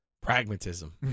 Pragmatism